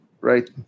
right